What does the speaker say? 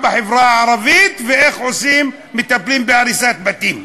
בחברה הערבית ואיך מטפלים בהריסת בתים.